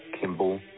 Kimball